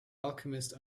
alchemist